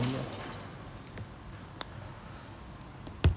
familiar